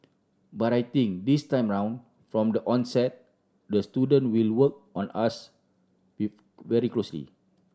but I think this time around from the onset the student will work on us with very closely